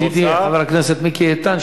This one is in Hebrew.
ידידי חבר הכנסת מיקי איתן,